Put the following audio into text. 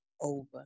over